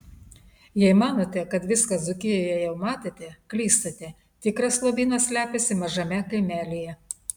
jei manote kad viską dzūkijoje jau matėte klystate tikras lobynas slepiasi mažame kaimelyje